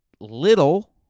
little